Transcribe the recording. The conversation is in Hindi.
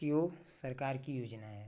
कि वो सरकार की योजना है